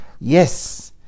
Yes